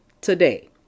today